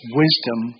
wisdom